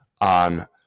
on